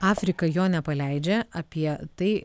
afrika jo nepaleidžia apie tai